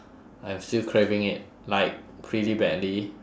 I'm still craving it like pretty badly